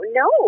no